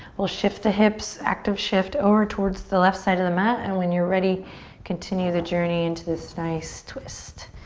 we'll shift the hips, active shift, over towards the left side of the mat and when you're ready continue the journey into this nice twist.